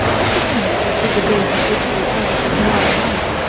not the things with the big, wistful eyes that lie on ice,